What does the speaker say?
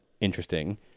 interesting